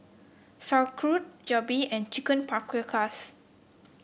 Sauerkraut Jalebi and Chicken Paprikas